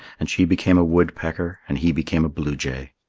and she became a woodpecker and he became a bluejay.